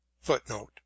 Footnote